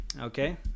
Okay